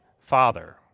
father